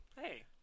hey